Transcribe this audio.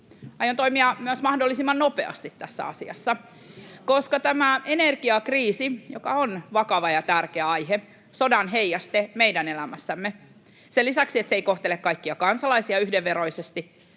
aion toimia myös mahdollisimman nopeasti tässä asiassa. Sen lisäksi, että tämä energiakriisi, joka on vakava ja tärkeä aihe, sodan heijaste meidän elämässämme, ei kohtele kaikkia kansalaisia yhdenveroisesti,